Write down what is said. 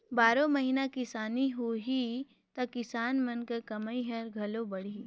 बारो महिना किसानी होही त किसान मन के कमई ह घलो बड़ही